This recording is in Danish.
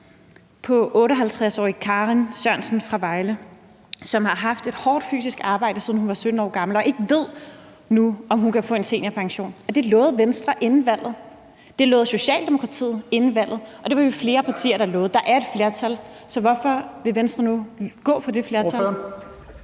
på 58-årige Karin Sørensen fra Vejle, som har haft et hårdt fysisk arbejde, siden hun var 17 år gammel, og nu ikke ved, om hun kan få en seniorpension. Det lovede Venstre inden valget, det lovede Socialdemokratiet inden valget, og det var vi flere partier der lovede. Der er et flertal, så hvorfor vil Venstre nu gå fra det flertal?